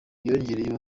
yongeyeho